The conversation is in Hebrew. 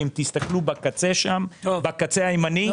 ואם תסתכלו שם בקצה הימני,